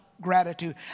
gratitude